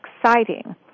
exciting